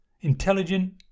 intelligent